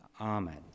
Amen